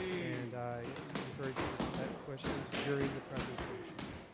and i encourage you to submit questions during the presentations,